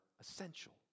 essential